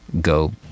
go